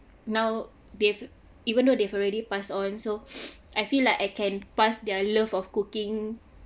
now they've even though they've already passed on so I feel like I can pass their love of cooking